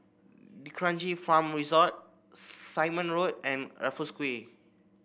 D'Kranji Farm Resort Simon Road and Raffles Quay